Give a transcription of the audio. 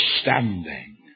standing